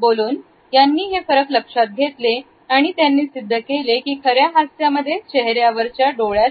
बोलोन यांनी हे फरक लक्षात घेतले आणि त्यांनी सिद्ध केले की खऱ्या हास्यामध्ये चेहऱ्यावरच्या डोळ्यात